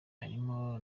harimo